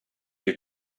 you